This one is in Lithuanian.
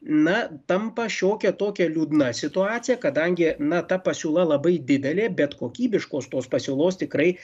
na tampa šiokia tokia liūdna situacija kadangi na ta pasiūla labai didelė bet kokybiškos tos pasiūlos tikrai